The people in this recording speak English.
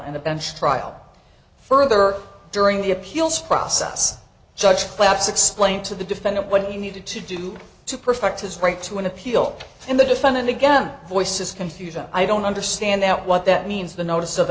a bench trial further during the appeals process judge claps explained to the defendant what he needed to do to protect his right to an appeal in the defendant again voices confusion i don't understand that what that means the notice of